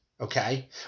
okay